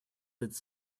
its